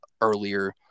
earlier